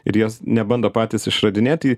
ir juos nebando patys išradinėti